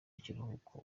ikiruhuko